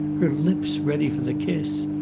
her lips ready for the kiss!